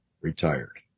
retired